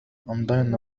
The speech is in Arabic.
أمضينا